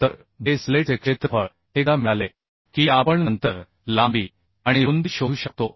तर बेस प्लेटचे क्षेत्रफळ एकदा मिळाले की आपण नंतर लांबी आणि रुंदी शोधू शकतो